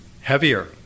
heavier